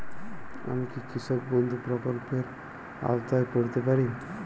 আমি কি কৃষক বন্ধু প্রকল্পের আওতায় পড়তে পারি?